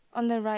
on the right